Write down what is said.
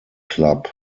club